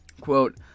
Quote